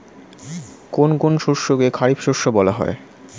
কোন কোন শস্যকে খারিফ শস্য বলা হয়?